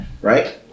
right